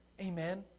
Amen